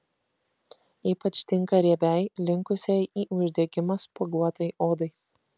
ypač tinka riebiai linkusiai į uždegimą spuoguotai odai